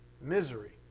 misery